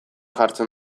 jartzen